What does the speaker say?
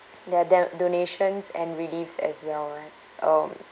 there there donations and reliefs as well right um